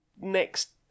next